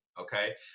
okay